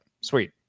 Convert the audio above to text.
sweet